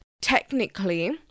technically